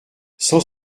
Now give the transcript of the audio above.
cent